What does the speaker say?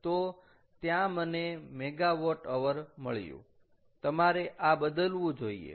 તો ત્યાં મને MWH મળ્યું તમારે આ બદલવું જોઈએ